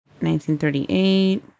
1938